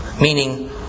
meaning